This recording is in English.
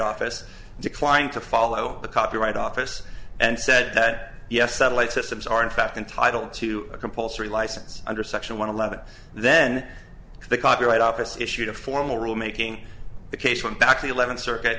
office declined to follow the copyright office and said that yes satellite systems are in fact entitled to a compulsory license under section one eleven then the copyright office issued a formal rule making the case went back to the eleventh circuit